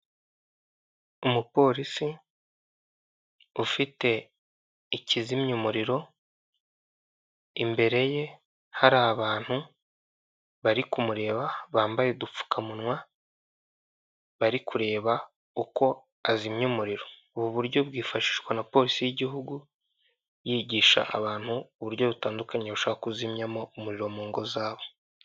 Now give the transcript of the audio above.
Umupolisi ufite ikizimya umuriro, imbere ye hari abantu bari kumureba bambaye udupfukamunwa, bari kureba uko azimya umuriro. Ubu buryo bwifashishwa na polisi y'igihugu, yigisha abantu uburyo butandukanye bashobora kuzimyamo umuriro mu ngo zabo.